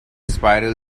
spiral